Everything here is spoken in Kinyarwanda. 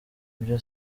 ibyo